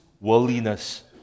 worldliness